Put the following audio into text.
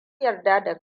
yarda